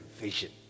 vision